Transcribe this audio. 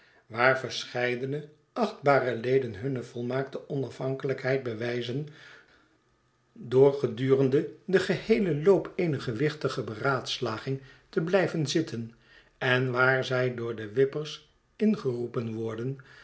waar verscheideneachtbare leden hunne volmaakte onafhankelijkheid bewijzen door gedureride den geheelen loop eener gewichtige beraadslaging te blijven zitten en waar zij door de whippers in geroepen worden